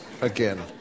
again